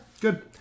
Good